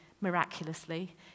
miraculously